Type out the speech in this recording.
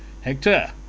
Hector